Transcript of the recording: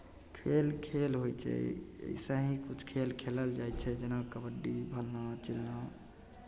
खेल खेल होइ छै अइसे ही किछु खेल खेलल जाइ छै जेना कबड्डी फल्लाँ चिल्लाँ